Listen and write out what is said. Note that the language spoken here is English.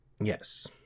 yes